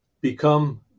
become